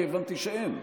כי הבנתי שאין.